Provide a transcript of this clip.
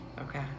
Okay